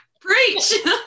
preach